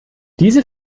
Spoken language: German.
diese